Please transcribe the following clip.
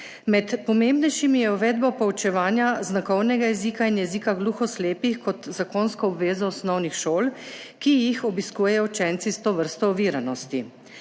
Med pomembnejšimi je uvedba poučevanja znakovnega jezika in jezika gluhoslepih kot zakonske obveze osnovnih šol, ki jih obiskujejo učenci s to vrsto oviranosti.